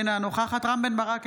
אינה נוכחת רם בן ברק,